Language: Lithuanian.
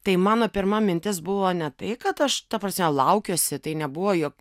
tai mano pirma mintis buvo ne tai kad aš ta prasme laukiuosi tai nebuvo jog